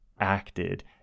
acted